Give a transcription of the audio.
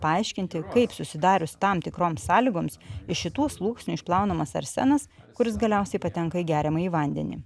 paaiškinti kaip susidarius tam tikroms sąlygoms iš šitų sluoksnių išplaunamas arsenas kuris galiausiai patenka į geriamąjį vandenį